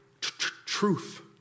Truth